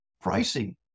pricing